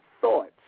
thoughts